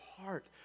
heart